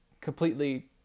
completely